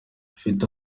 ifite